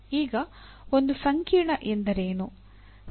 ಈಗ ಒಂದು ಸಂಕೀರ್ಣ ಎಂದರೇನು